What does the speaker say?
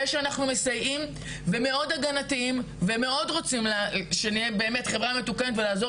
שאנחנו מסייעים ומאוד הגנתיים ומאוד רוצים שנהיה באמת חברה מתוקנת ולעזור